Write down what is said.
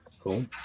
cool